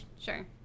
Sure